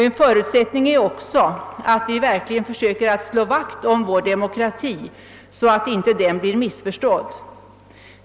En förutsättning är också att vi verkligen försöker slå vakt om vår demokrati så att denna inte blir missförstådd.